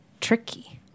tricky